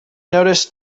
noticed